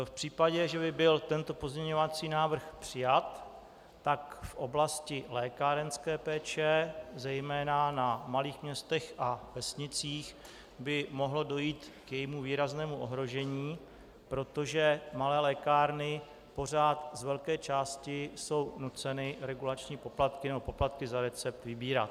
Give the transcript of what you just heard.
V případě, že by byl tento pozměňovací návrh přijat, tak v oblasti lékárenské péče, zejména na malých městech a vesnicích, by mohlo dojít k jejímu výraznému ohrožení, protože malé lékárny pořád z velké části jsou nuceny regulační poplatky nebo poplatky za recept vybírat.